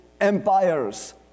empires